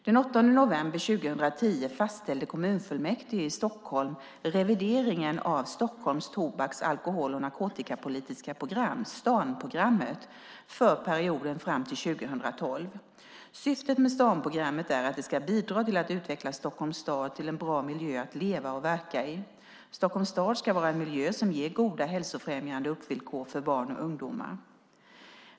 Den 8 november 2010 fastställde kommunfullmäktige i Stockholm revideringen av Stockholms tobaks-, alkohol och narkotikapolitiska program för perioden fram till 2012. Syftet med Stanprogrammet är att det ska bidra till att utveckla Stockholms stad till en bra miljö att leva och verka i. Stockholms stad ska vara en miljö som ger goda hälsofrämjande uppväxtvillkor för barn och ungdomar.